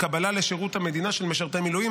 לקבלה לשירות המדינה של משרתי מילואים,